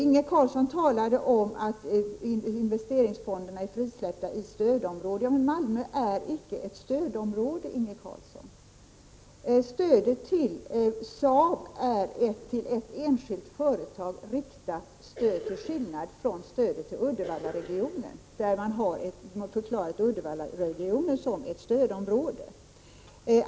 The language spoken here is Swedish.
Inge Carlsson sade att investeringsfonderna var frisläppta i stödområdena. Men Malmö är icke något stödområde, Inge Carlsson. Stödet till Saab är ett till ett enskilt företag riktat stöd, till skillnad från stödet i Uddevallaregionen, som man har förklarat som ett stödområde.